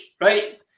right